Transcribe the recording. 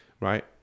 right